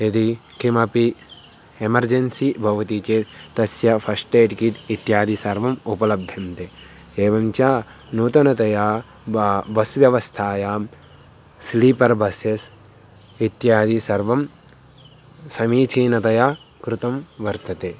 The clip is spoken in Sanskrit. यदि किमपि एमर्जेन्सी भवति चेत् तस्य फ़श्टेड् किट् इत्यादि सर्वम् उपलभ्यन्ते एवं च नूतनतया बा बस् व्यवस्थायां स्लीपर् बस्सेस् इत्यादि सर्वं समीचीनतया कृतं वर्तते